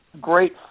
great